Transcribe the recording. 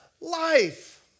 life